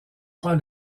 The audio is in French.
pas